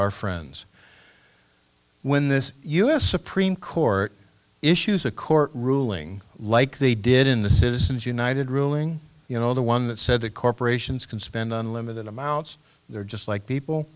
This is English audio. our friends when this u s supreme court issues a court ruling like they did in the citizens united ruling you know the one that said that corporations can spend unlimited amounts there just like people